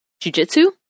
jujitsu